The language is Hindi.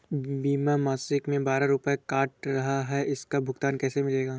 बीमा मासिक में बारह रुपय काट रहा है इसका भुगतान कैसे मिलेगा?